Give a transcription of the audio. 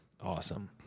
Awesome